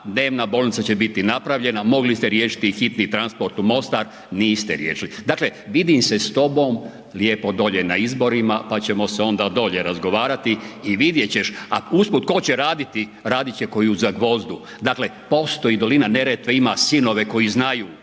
dnevna bolnica će biti napravljena, mogli ste riješiti i hitni transport u Mostar, niste riješili. Dakle, vidim se s tobom lijepo dolje na izborima, pa ćemo se onda dolje razgovarati i vidjet ćeš, a usput tko će raditi, radit će ko i u Zagvozdu, dakle postoji dolina Neretve, ima sinove koji znaju,